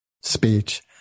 speech